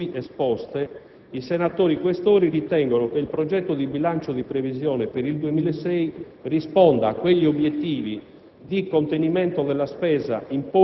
alla luce delle considerazioni fin qui esposte, i senatori Questori ritengono che il progetto di bilancio di previsione per il 2006 risponda a quegli obiettivi